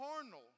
carnal